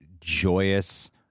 joyous